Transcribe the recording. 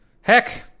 heck